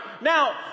Now